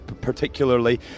particularly